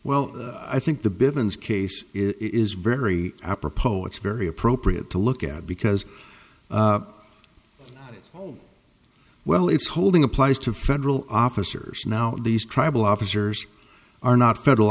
well i think the bivins case is very apropos it's very appropriate to look at because oh well it's holding applies to federal officers now these tribal officers are not federal